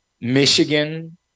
Michigan